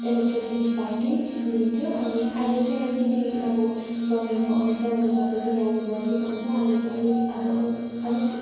electricity फाल्टै दिन्थ्यो अनि अहिले चाहिँ अलिकति अब समयको अनुसार अब सबैको भ्याल्यू बढ्दै जान्छ अहिले चाहिँ अलिक अब अलिक